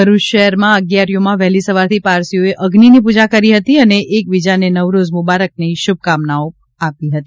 ભરૂચ શહેરમાં અગિયારીઓમાં વહેલી સવારથી પારસીઓએ અગ્નિની પૂજા કરી હતી અને એક બીજાને નવરોઝ મુબારકની શુભકામનાઓ આપી હતી